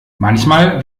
manchmal